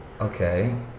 Okay